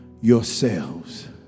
yourselves